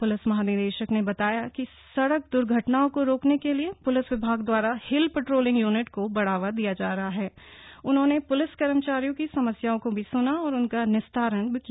police महानिदेशक ने बताया कि सड़क द्र्घटनाओं को रोकने के लिए प्लिस विभाग द्वारा हिल पेट्रोलिंग यूनिट को बढ़ावा दिया जा रहा हथ उन्होंने पुलिस कर्मचारियों की समस्याओं को भी सुना और उनका निस्तारण भी किया